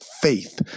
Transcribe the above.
faith